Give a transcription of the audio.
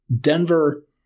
Denver